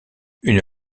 une